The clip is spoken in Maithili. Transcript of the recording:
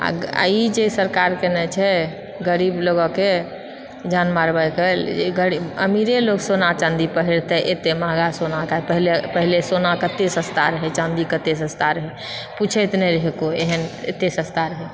आ ई जे सरकार केनय छै गरीब लोगके जान मारबाक अमीरे लोग सोना चाँदी पहिरतय एतय महग सोना पहिले पहिले सोना कतय सस्ता रहय चाँदी कतय सस्ता रहय पुछैत नहि रहय कोइ एहन एतय सस्ता रहै